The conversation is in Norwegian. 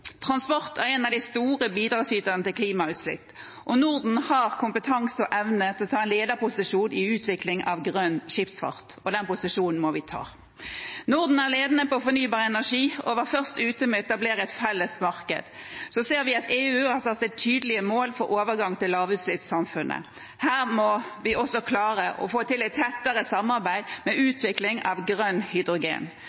Transport er en av de store bidragsyterne til klimautslipp. Norden har kompetansen og evnen til å ta en lederposisjon i utvikling av grønn skipsfart, og den posisjonen må vi ta. Norden er ledende på fornybar energi og var først ute med å etablere et felles marked. Så ser vi at EU har satt seg tydelige mål for overgangen til lavutslippssamfunnet. Her må vi også klare å få til et tettere samarbeid